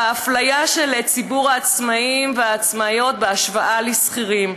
באפליה של ציבור העצמאים והעצמאיות בהשוואה לשכירים.